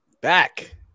back